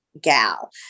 gal